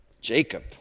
Jacob